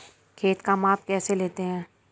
खेत का माप कैसे लेते हैं?